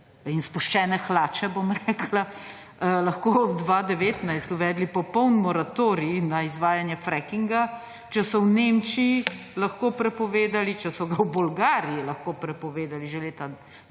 in spuščene hlače, bom rekla, lahko 2019 uvedli popoln moratorij na izvajanje frackinga, če so v Nemčiji lahko prepovedali, če so ga v Bolgariji lahko prepovedali že leta